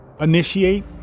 initiate